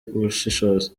ubushishozi